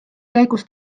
käigus